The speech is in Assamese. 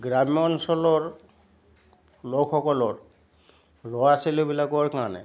গ্ৰাম্য অঞ্চলৰ লোকসকলৰ ল'ৰা ছোৱালীবিলাকৰ কাৰণে